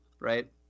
right